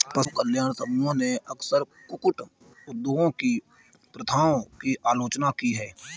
पशु कल्याण समूहों ने अक्सर कुक्कुट उद्योग की प्रथाओं की आलोचना की है